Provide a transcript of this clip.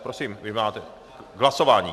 Prosím, vy máte k hlasování?